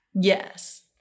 yes